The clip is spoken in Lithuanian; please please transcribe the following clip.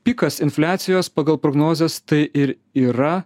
pikas infliacijos pagal prognozes tai ir yra